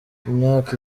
imyaka